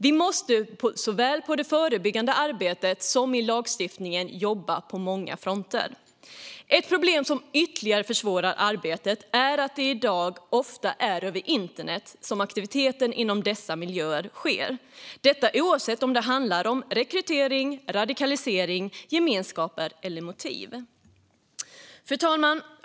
Vi måste därför i såväl det förebyggande arbetet som i lagstiftningsarbetet finnas på många fronter. Ett problem som ytterligare försvårar arbetet är att det i dag ofta är över internet som aktiviteten inom dessa miljöer sker oavsett om det handlar om rekrytering, radikalisering, gemenskap eller motiv. Fru talman!